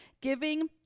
giving